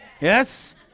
Yes